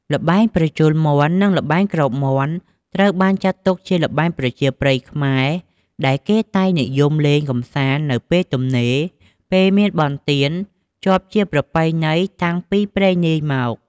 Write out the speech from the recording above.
ល្បែងប្រជល់មាន់ និងល្បែងគ្របមាន់ ត្រូវបានចាត់ទុកជាល្បែងប្រជាប្រិយខ្មែរ ដែលគេតែងនិយមលេងកម្សាន្តនៅពេលទំនេរ ពេលមានបុណ្យទាន ជាប់ជាប្រពៃណីតាំងពីព្រេងនាយមក ។